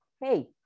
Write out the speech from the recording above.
Hey